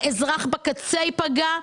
האזרח בקצה ייפגע,